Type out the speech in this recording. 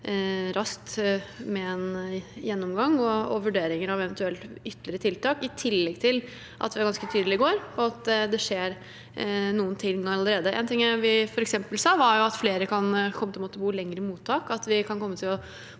tilbake med en gjennomgang og vurdering av eventuelle ytterligere tiltak. I tillegg var vi i går ganske tydelige på at det skjer noen ting allerede. En ting vi f.eks. sa, var at flere kan komme til å måtte bo lenger i mottak, at vi kan komme til å